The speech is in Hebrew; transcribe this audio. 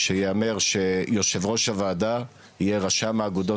שייאמר שיושב ראש הוועדה יהיה רשם האגודות